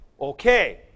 Okay